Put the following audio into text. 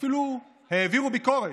ואפילו מתחו ביקורת,